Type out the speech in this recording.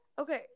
okay